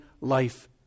life